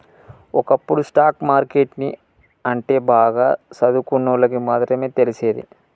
ఒకప్పుడు stock market ని అంటే బాగా సదువుకున్నోల్లకి మాత్రమే తెలిసేది